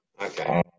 Okay